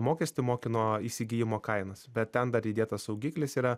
mokestį moki nuo įsigijimo kainos bet ten dar įdėtas saugiklis yra